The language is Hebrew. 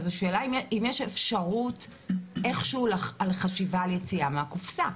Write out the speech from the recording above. אז השאלה אם יש אפשרות איך שהוא על חשיבה על יציאה מהקופסה,